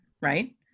right